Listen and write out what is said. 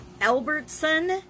Albertson